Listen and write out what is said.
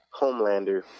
Homelander